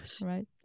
right